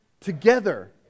together